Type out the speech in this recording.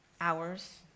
hours